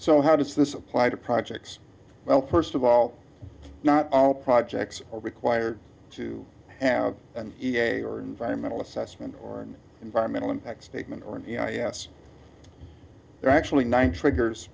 so how does this apply to projects well first of all not all projects are required to have an e t a or environmental assessment or an environmental impact statement or you know yes there are actually nine triggers